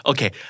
Okay